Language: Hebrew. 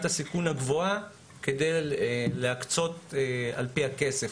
הסיכון הגבוהה וכדי להקצות על פי הכסף.